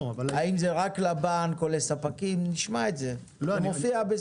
האם זה רק לבנק שלך או לספקים, את זה אנחנו נשמע.